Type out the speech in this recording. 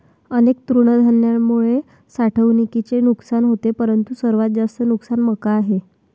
अनेक तृणधान्यांमुळे साठवणुकीचे नुकसान होते परंतु सर्वात जास्त नुकसान मका आहे